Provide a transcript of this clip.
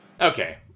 Okay